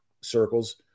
circles